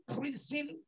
prison